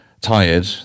tired